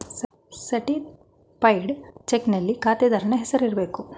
certified ಚಕ್ನಲ್ಲಿ ಖಾತೆದಾರನ ಹೆಸರು ಇರಬೇಕು